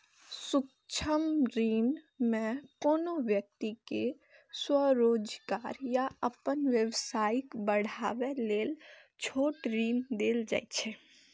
सूक्ष्म ऋण मे कोनो व्यक्ति कें स्वरोजगार या अपन व्यवसाय बढ़ाबै लेल छोट ऋण देल जाइ छै